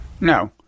No